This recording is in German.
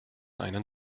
einen